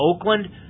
Oakland